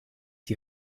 die